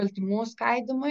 baltymų skaidymui